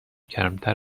کمتر